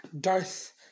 Darth